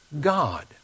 God